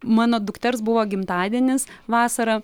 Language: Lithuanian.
mano dukters buvo gimtadienis vasarą